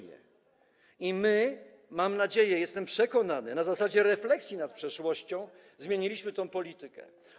I my, mam nadzieję, jestem przekonany, na zasadzie refleksji nad przeszłością zmieniliśmy tę politykę.